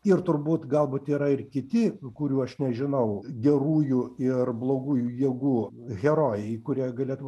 ir turbūt galbūt yra ir kiti kurių aš nežinau gerųjų ir blogųjų jėgų herojai kurie galėtų